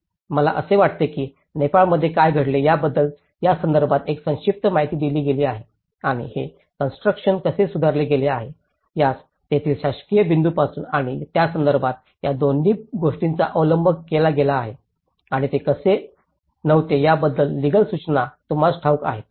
मला असे वाटते की नेपाळमध्ये काय घडले याबद्दल यासंदर्भात एक संक्षिप्त माहिती दिली गेली आहे आणि हे कॉन्स्ट्रुकशन कसे सुधारले गेले आहे यास तेथील शासकीय बिंदूपासून आणि त्यासंदर्भात या दोन्ही गोष्टींचा अवलंब केला गेला आहे आणि ते कसे नव्हते याबद्दल लीगल सूचना तुम्हाला ठाऊक आहेत